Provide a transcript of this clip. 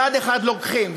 מצד אחד לוקחים.